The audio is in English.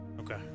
Okay